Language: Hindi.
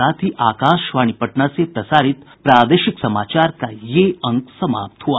इसके साथ ही आकाशवाणी पटना से प्रसारित प्रादेशिक समाचार का ये अंक समाप्त हुआ